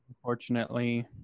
Unfortunately